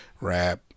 rap